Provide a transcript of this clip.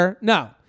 No